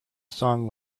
song